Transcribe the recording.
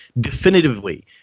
definitively